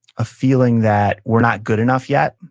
a feeling that we're not good enough yet,